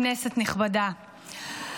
כנסת נכבדה,